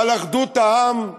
ועל אחדות העם,